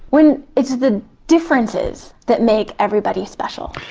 when it's the differences that make everybody special.